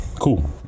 cool